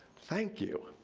thank you.